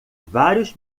vários